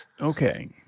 okay